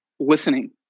Listening